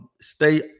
stay